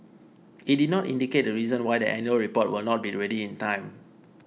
it did not indicate the reason why the annual report will not be ready in time